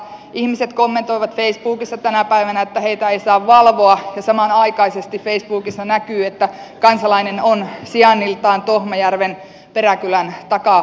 ihmiset kommentoivat facebookissa tänä päivänä että heitä ei saa valvoa ja samanaikaisesti facebookissa näkyy että kansalainen on sijainniltaan tohmajärven peräkylän takaosastolla